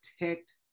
protect